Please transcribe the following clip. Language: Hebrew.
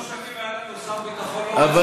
שלוש שנים היה לנו שר ביטחון לא רציני,